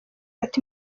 ati